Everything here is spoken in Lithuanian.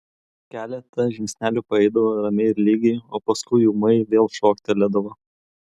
keletą žingsnelių paeidavo ramiai ir lygiai o paskui ūmai vėl šoktelėdavo